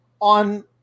on